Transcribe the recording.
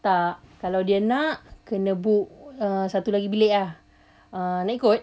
tak kalau dia nak kena book lagi satu bilik ah nak ikut